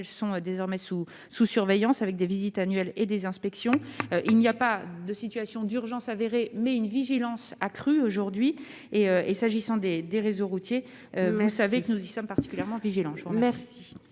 sont désormais sous sous surveillance avec des visites annuelles et des inspections, il n'y a pas de situation d'urgence avérée, mais une vigilance accrue aujourd'hui et, et, s'agissant des des réseaux routiers, vous savez que nous y sommes. Particulièrement vigilants,